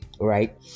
right